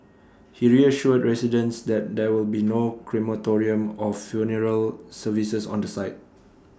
he reassured residents that there will be no crematorium or funeral services on the site